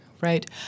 right